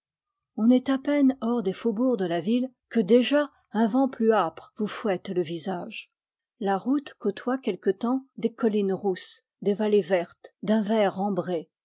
on est à peine hors des faubourgs de la ville que déjà un vent plus âpre vous fouette le visage la route côtoie quelque temps des collines rousses des vallées vertes d'un vert ambré